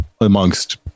amongst